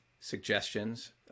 suggestions